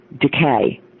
decay